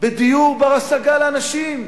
בדיור בר-השגה לאנשים,